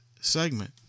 segment